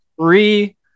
Three